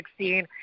2016